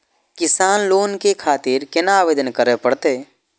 किसान लोन के खातिर केना आवेदन करें परतें?